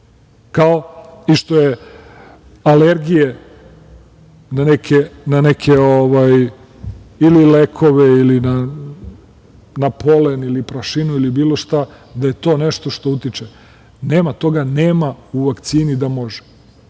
kao što su i alergije na neke ili lekove, na polen, prašinu ili bilo šta, da je to nešto što utiče, toga nema u vakcini da može. Ko